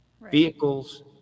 vehicles